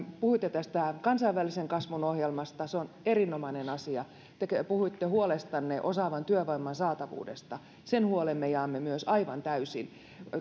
puhuitte tästä kansainvälisen kasvun ohjelmasta se on erinomainen asia te te puhuitte huolestanne osaavan työvoiman saatavuudesta sen huolen me jaamme myös aivan täysin